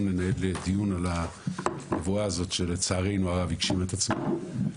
ננהל דיון על הנבואה הזאת שלצערנו הרב הגשימה את עצמה.